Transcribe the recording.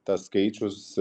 tas skaičius